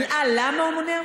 אה, למה הוא מונע?